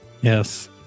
Yes